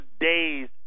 days